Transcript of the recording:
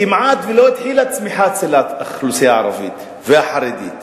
כמעט שלא התחילה צמיחה אצל האוכלוסייה הערבית והחרדית.